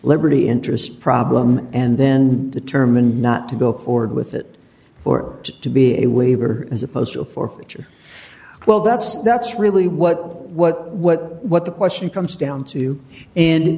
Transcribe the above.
liberty interest problem and then determine not to go forward with it for it to be a waiver as opposed to four which are well that's that's really what what what what the question comes down to and